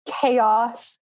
chaos